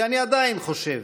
ואני עדיין חושב,